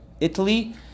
Italy